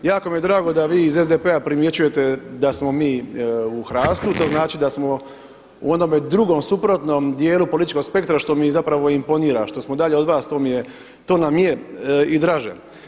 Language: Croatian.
Jako mi je drago da vi iz SDP-a primjećujete da smo mi u Hrastu, to znači da smo u onom drugom suprotnom dijelu političkog spektra što mi zapravo imponira, što smo dalje od vas to nam je i draže.